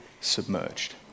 submerged